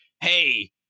hey